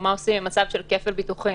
עושים עם מצב של כפל ביטוחים,